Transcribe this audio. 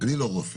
אני לא רופא,